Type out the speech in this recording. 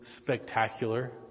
spectacular